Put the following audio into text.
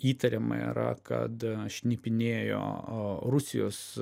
įtariama yra kad šnipinėjo rusijos